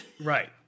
Right